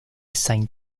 saint